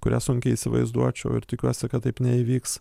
kurią sunkiai įsivaizduočiau ir tikiuosi kad taip neįvyks